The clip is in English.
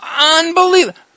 unbelievable